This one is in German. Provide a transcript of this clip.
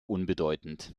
unbedeutend